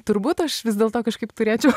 turbūt aš vis dėlto kažkaip turėčiau